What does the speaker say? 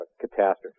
catastrophe